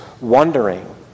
wondering